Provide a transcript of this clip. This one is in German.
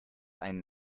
einen